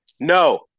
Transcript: No